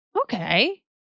Okay